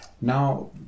Now